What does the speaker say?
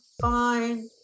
fine